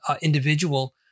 individual